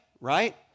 right